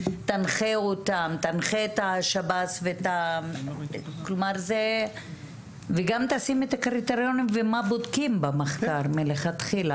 תנחה את השב"ס וגם תשים את הקריטריונים ומה בודקים במחקר מלכתחילה,